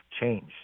change